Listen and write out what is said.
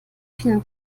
vielen